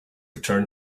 return